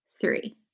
three